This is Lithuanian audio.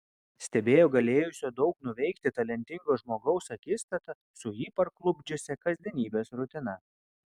stebėjo galėjusio daug nuveikti talentingo žmogaus akistatą su jį parklupdžiusia kasdienybės rutina